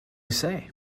say